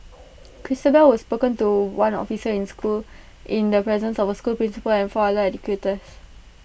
Christabel was spoken to one officer in school in the presence of the school principal and four other educators